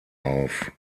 auf